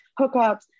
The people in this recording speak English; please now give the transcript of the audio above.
hookups